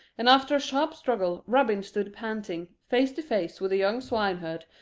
and after a sharp struggle robin stood panting, face to face with the young swineherd,